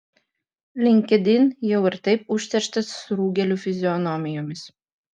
linkedin jau ir taip užterštas surūgėlių fizionomijomis